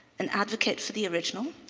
an advocate for the original.